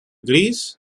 gris